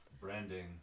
Branding